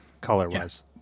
Color-wise